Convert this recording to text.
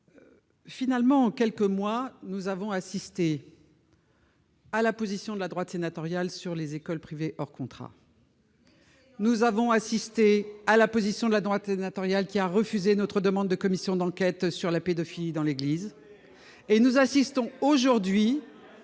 Finalement, quelques mois, nous avons assisté. à la position de la droite sénatoriale sur les écoles privée hors contrat. Nous avons assisté à la position de la droite et Nathan qui a refusé notre demande de commission d'enquête sur la pédophilie dans l'église et nous assistons aujourd'hui